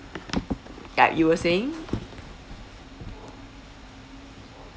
ya you were saying